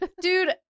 Dude